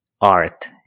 art